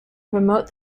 promote